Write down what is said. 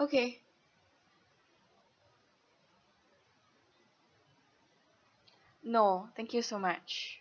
okay no thank you so much